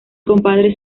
compadre